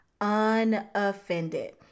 unoffended